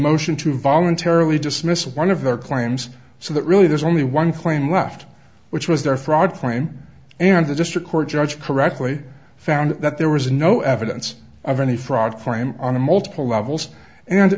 motion to voluntarily dismiss one of their claims so that really there's only one claim left which was their fraud claim and the district court judge correctly found that there was no evidence of any fraud crime on multiple levels and